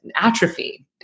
atrophy